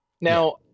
Now